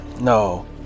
No